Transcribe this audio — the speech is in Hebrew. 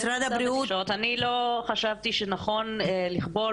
משרד הבריאות --- אני לא חשבתי שנכון לכבול